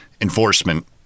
enforcement